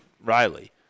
Riley